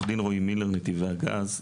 עו"ד רועי מילר, נתיבי הגז.